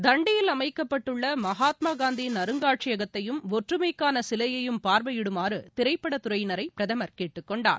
தண்டியில் அமைக்கப்பட்டுள்ளமகாத்மாகாந்தியின் அருங்காட்சியகத்தையும் ஒற்றுமைக்கானசிலையையும் பார்வையிடுமாறுதிரைப்படத்துறையினரைபிரதமர் கேட்டுக்கொண்டார்